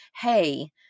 hey